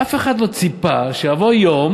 אף אחד לא ציפה שיבוא יום